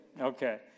Okay